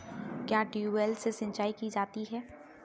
क्या ट्यूबवेल से सिंचाई की जाती है?